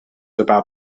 about